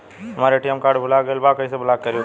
हमार ATM card भूला गईल बा कईसे ब्लॉक करी ओके?